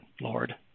Lord